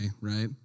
right